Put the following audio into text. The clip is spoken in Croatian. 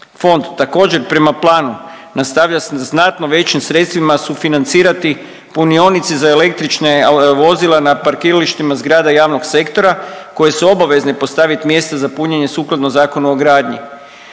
Fond također prema planu nastavlja sa znatno većim sredstvima sufinancirati punionice za električne vozila za parkiralištima zgrada javnog sektora koje su obavezne postaviti mjesta za punjenje sukladno Zakonu o gradnji.